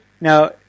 Now